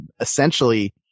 essentially